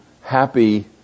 happy